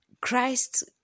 Christ